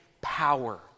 power